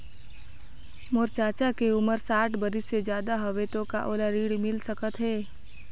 मोर चाचा के उमर साठ बरिस से ज्यादा हवे तो का ओला ऋण मिल सकत हे?